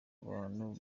abantu